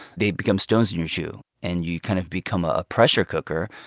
they become stones in your shoe. and you kind of become a pressure cooker.